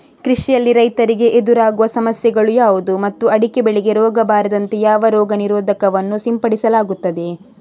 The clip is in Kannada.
ಕೃಷಿಯಲ್ಲಿ ರೈತರಿಗೆ ಎದುರಾಗುವ ಸಮಸ್ಯೆಗಳು ಯಾವುದು ಮತ್ತು ಅಡಿಕೆ ಬೆಳೆಗೆ ರೋಗ ಬಾರದಂತೆ ಯಾವ ರೋಗ ನಿರೋಧಕ ವನ್ನು ಸಿಂಪಡಿಸಲಾಗುತ್ತದೆ?